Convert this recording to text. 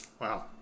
Wow